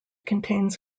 contains